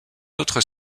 autres